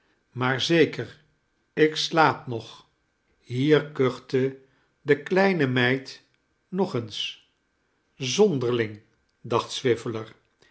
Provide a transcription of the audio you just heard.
maar zeker ik slaap nog hier kuchte de kleine meid nog eens zonderling dacht